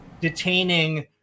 detaining